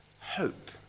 hope